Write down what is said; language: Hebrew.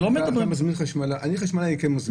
אני חשמלאי כן מוסמך.